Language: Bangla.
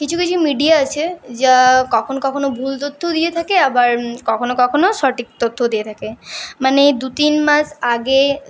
কিছু কিছু মিডিয়া আছে যা কখনো কখনো ভুল তথ্যও দিয়ে থাকে আবার কখনো কখনো সঠিক তথ্যও দিয়ে থাকে মানে দু তিন মাস আগে